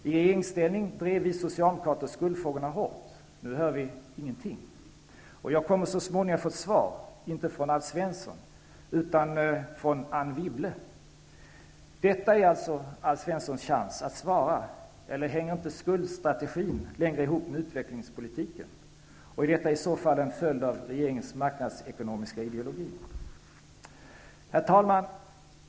I regeringsställning drev vi socialdemokrater skuldfrågorna hårt. Nu hör vi ingenting. Jag kommer så småningom att få svar, inte från Alf Svensson, utan från Anne Wibble. Detta är alltså Alf Svenssons chans att svara, eller hänger inte skuldstrategin längre ihop med utvecklingspolitiken? Är detta i så fall en följd av regeringens marknadsekonomiska ideologi? Herr talman!